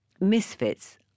Misfits